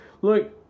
look